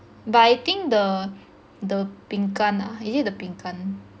but I think the the 饼干 ah is it the 饼干